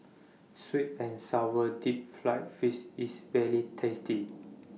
Sweet and Sour Deep Fried Fish IS very tasty